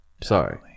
sorry